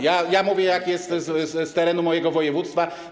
Ja mówię, jak jest na terenie mojego województwa.